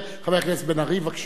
חבר הכנסת בן-ארי, בבקשה.